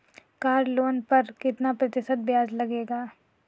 Car loan पर कितना प्रतिशत ब्याज लगेगा?